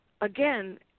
again